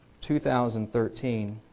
2013